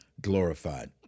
glorified